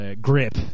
grip